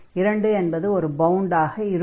2 என்பது ஒரு பவுண்டாக இருக்கும்